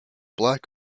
black